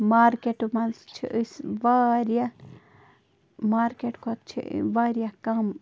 مارکیٹو منٛز چھِ أسۍ واریاہ مارکیت کھۄتہٕ چھِ واریاہ کَم